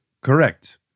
correct